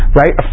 right